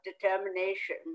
determination